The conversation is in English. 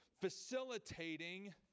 facilitating